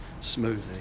smoothly